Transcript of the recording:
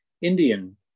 Indian